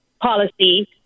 policy